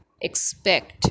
expect